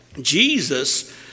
jesus